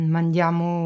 Mandiamo